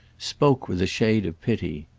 spoke with a shade of pity.